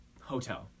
Hotel